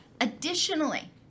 Additionally